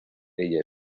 ella